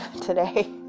today